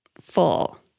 full